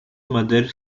mother